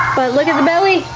but look at the belly.